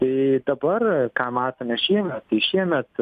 tai dabar ką matome šiemet tai šiemet